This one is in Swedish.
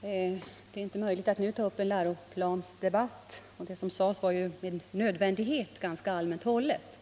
Det är inte möjligt att nu ta upp en läroplansdebatt. Skolministerns anförande var med nödvändighet ganska allmänt hållet.